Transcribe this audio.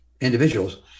individuals